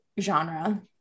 genre